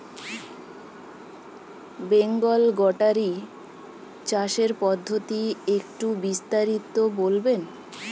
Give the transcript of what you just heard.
Bengal goatery চাষের পদ্ধতি একটু বিস্তারিত বলবেন?